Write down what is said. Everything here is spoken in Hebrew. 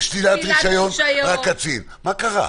שלילת רישיון רק קצין מה קרה?